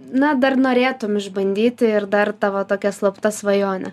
na dar norėtum išbandyti ir dar tavo tokia slapta svajonė